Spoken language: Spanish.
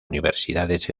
universidades